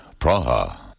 Praha